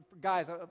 guys